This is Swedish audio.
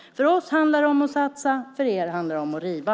För oss handlar det om att satsa. För er handlar det om att riva.